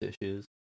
issues